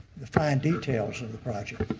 the fine details of the project.